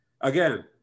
again